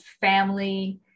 family